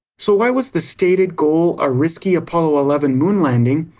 so why was the stated goal a risky apollo eleven moon landing,